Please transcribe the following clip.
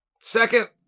Second